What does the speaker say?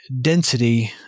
density